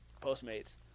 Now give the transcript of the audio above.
PostMates